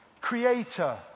creator